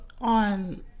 on